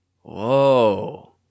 Whoa